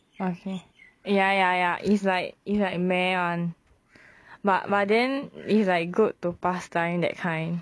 what thing ya ya ya is like is like meh [one] but but then is like good to past time that kind